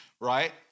right